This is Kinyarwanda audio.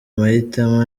mahitamo